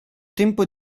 tempo